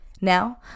Now